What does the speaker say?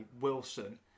Wilson